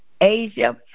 Asia